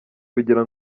kugira